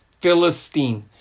Philistine